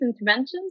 interventions